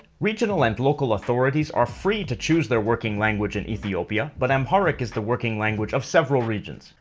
regional and local authorities are free to choose their working language in ethiopia but amharic is the working language of several regions.